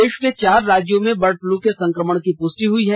देश के चार राज्यों में बर्ड फ़लू के संकमण की पुष्टि हुई है